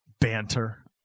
banter